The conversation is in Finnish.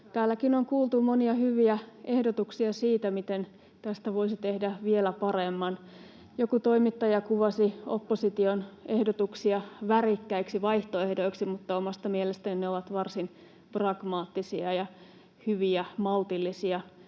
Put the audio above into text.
täälläkin on kuultu monia hyviä ehdotuksia siitä, miten tästä voisi tehdä vielä paremman. Joku toimittaja kuvasi opposition ehdotuksia ”värikkäiksi vaihtoehdoiksi”, mutta omasta mielestäni ne ovat varsin pragmaattisia ja hyviä, maltillisia